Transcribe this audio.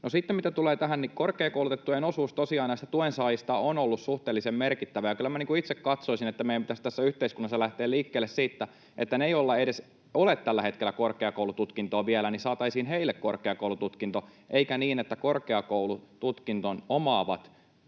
sitten mitä tulee tähän, että korkeakoulutettujen osuus tosiaan näistä tuensaajista on ollut suhteellisen merkittävä, niin kyllä minä itse katsoisin, että meidän pitäisi tässä yhteiskunnassa lähteä liikkeelle siitä, että niille, joilla ei vielä edes ole tällä hetkellä korkeakoulututkintoa, saataisiin korkeakoulututkinto, eikä niin, että korkeakoulututkinnon omaavat